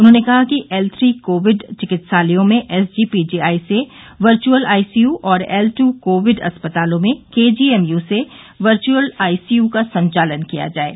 उन्होंने कहा कि एल थ्री कोविड चिकित्सालयों में एसजीपीजीआई से वर्चअल आईसीयू और एल ट् कोविड अस्पतालों में केजीएमयू से वर्चुअल आईसीयू का संचालन किया जाये